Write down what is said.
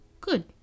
Good